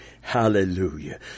Hallelujah